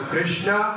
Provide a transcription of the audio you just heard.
Krishna